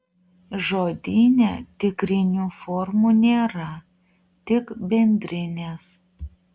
žodyne tikrinių formų nėra tik bendrinės